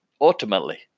ultimately